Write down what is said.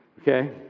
Okay